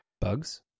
Bugs